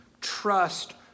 trust